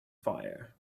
fire